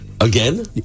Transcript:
Again